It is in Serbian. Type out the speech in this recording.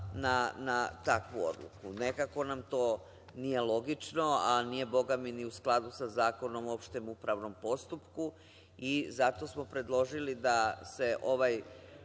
na takvu odluku. Nekako nam to nije logično, a nije bogami ni u skladu sa Zakonom o opštem upravnom postupku i zato smo predložili da se ovaj